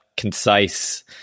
concise